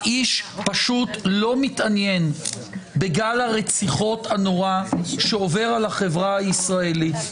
האיש פשוט לא מתעניין בגל הרציחות הנורא שעובר על החברה הישראלית.